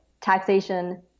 taxation